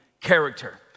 character